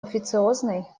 официозной